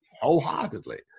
wholeheartedly